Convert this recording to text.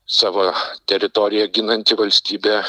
savo teritoriją ginanti valstybė